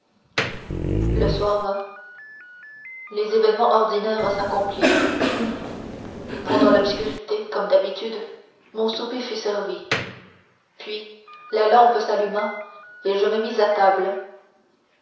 le soir vint les événements ordinaires s'accomplirent pendant l'obscurité comme d'habitude mon souper fut servi puis la lampe s'alluma et je me mis à table